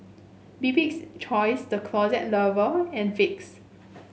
Bibik's Choice The Closet Lover and Vicks